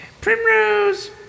Primrose